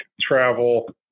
travel